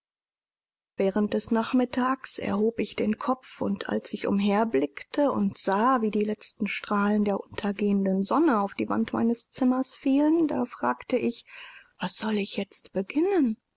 während des nachmittags erhob ich den kopf und als ich umherblickte und sah wie die letzten strahlen der untergehenden sonne auf die wand meines zimmers fielen da fragte ich was soll ich jetzt beginnen